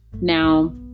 now